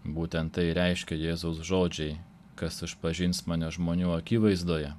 būtent tai reiškia jėzaus žodžiai kas išpažins mane žmonių akivaizdoje